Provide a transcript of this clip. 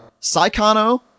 Saikano